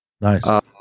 Nice